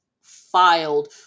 filed